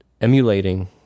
emulating